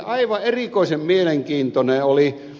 aivan erikoisen mielenkiintoinen oli ed